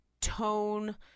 tone